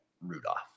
Rudolph